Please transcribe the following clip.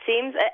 seems